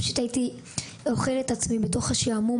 פשוט הייתי אוכל את עצמי בתוך השעמום